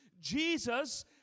Jesus